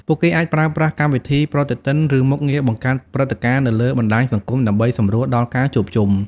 ពួកគេអាចប្រើប្រាស់កម្មវិធីប្រតិទិនឬមុខងារបង្កើតព្រឹត្តិការណ៍នៅលើបណ្តាញសង្គមដើម្បីសម្រួលដល់ការជួបជុំគ្នា ។